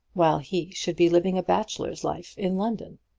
while he should be living a bachelor's life in london!